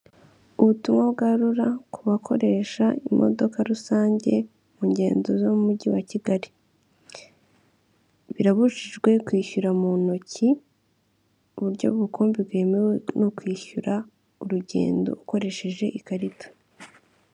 Ubutumwa bwa RURA ku bakoresha imodoka rusange, mu ngendo zo mu mujyi wa kigali. Birabujijwe kwishyura mu ntoki, uburyo rukumbi bwemewe no kwishyura urugendo ukoresheje ikarita.